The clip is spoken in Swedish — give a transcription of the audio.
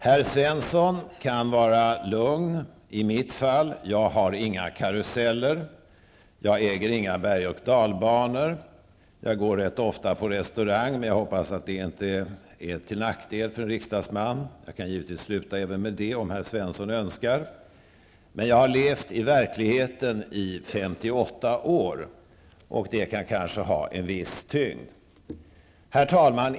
Herr Karl-Gösta Svenson kan vara lugn i mitt fall. Jag har inga karuseller, jag äger inga berg och dalbanor. Jag går rätt ofta på restaurang, men jag hoppas att det inte är till nackdel för en riksdagsman. Givetvis kan jag sluta även med det om herr Svenson så önskar. Men jag har levt i verkligheten i 58 år, och det kan kanske ha en viss tyngd. Herr talman!